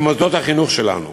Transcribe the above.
במוסדות החינוך שלנו.